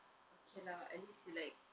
okay lah at least you like